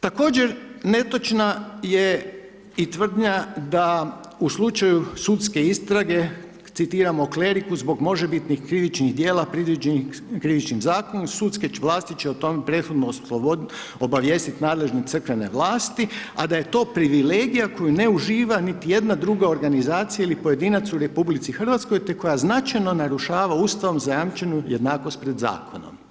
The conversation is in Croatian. Također, netočna je i tvrdnja da u slučaju sudske istrage, citiramo kleriku zbog možebitnih krivičnih djela predviđenih krivičnim zakonom, sudske vlasti će o tome prethodno obavijesti nadležne crkvene vlasti, a da je to privilegija koju ne uživa niti jedna druga organizacija ili pojedinac u RH te koja značajno narušava Ustavom zajamčenu jednakost pred zakonom.